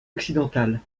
occidentale